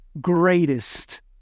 greatest